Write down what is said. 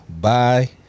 bye